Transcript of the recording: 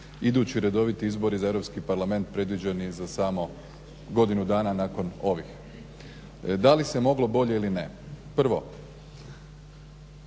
idući redoviti izbori za Europski parlament predviđeni za samo godinu dana nakon ovih. Da li se moglo bolje ili ne. Prvo,